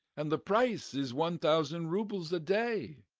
and the price is one thousand roubles a day.